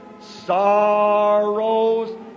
sorrows